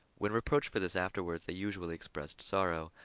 when reproached for this afterward, they usually expressed sorrow,